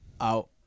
out